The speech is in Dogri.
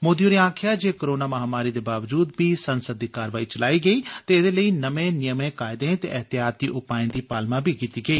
मोदी होरें आक्खेआ कोरोना महामारी दे बावजूद बी संसद दी कारवाई चलाई गेई ते एदे लेई नमें नियमें कायदें ते एहतियाती उपाएं दी पालमा बी कीती गेइ